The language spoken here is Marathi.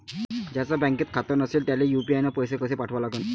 ज्याचं बँकेत खातं नसणं त्याईले यू.पी.आय न पैसे कसे पाठवा लागन?